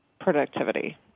productivity